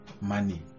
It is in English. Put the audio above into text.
money